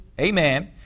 Amen